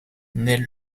nait